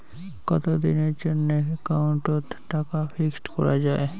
কতদিনের জন্যে একাউন্ট ওত টাকা ফিক্সড করা যায়?